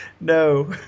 No